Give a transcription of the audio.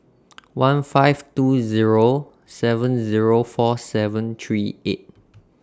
one five two Zero seven Zero four seven three eight